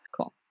Cool